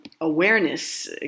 awareness